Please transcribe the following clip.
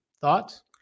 Thoughts